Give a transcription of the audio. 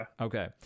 okay